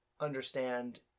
understand